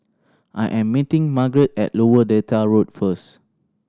I am meeting Margeret at Lower Delta Road first